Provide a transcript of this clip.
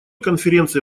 конференции